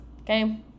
Okay